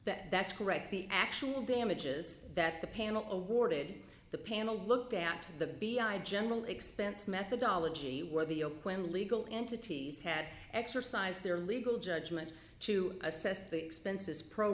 that that's correct the actual damages that the panel awarded the panel looked at the b i generally expense methodology whether your legal entities had exercised their legal judgment to assess the expenses pro